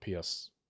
PS